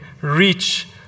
reach